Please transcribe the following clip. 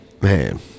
Man